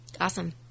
Awesome